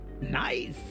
nice